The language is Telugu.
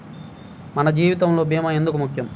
మన జీవితములో భీమా ఎందుకు ముఖ్యం?